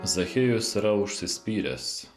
zachiejus yra užsispyręs